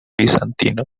bizantino